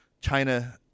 China